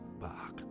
back